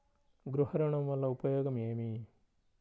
గృహ ఋణం వల్ల ఉపయోగం ఏమి?